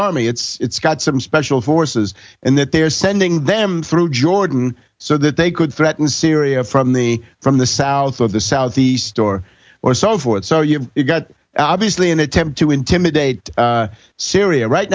army it's got some special forces and that they are sending them through jordan so that they could threaten syria from the from the south of the south the store or so forth so you have got obviously an attempt to intimidate syria right